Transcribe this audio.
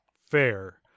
Fair